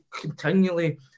continually